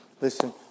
Listen